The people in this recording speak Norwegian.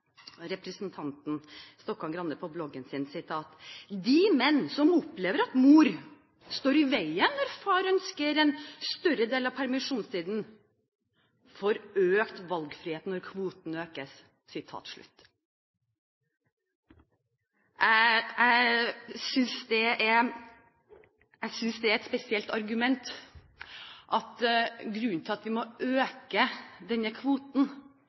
representanten Stokkan-Grande på bloggen sin: «De menn som opplever at mor står i veien når far ønsker en større del av permisjonstiden får også økt valgfrihet når kvoten økes.» Jeg synes det er et spesielt argument at grunnen til at vi må øke denne kvoten,